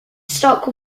stock